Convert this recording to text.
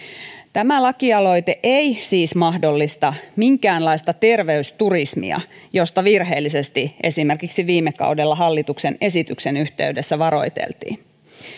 tämä lakialoite ei siis mahdollista minkäänlaista terveysturismia josta virheellisesti esimerkiksi viime kaudella hallituksen esityksen yhteydessä varoiteltiin